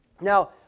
Now